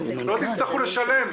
לא תצטרכו לשלם,